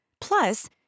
Plus